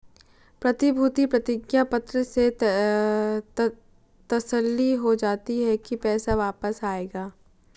प्रतिभूति प्रतिज्ञा पत्र से तसल्ली हो जाती है की पैसा वापस आएगा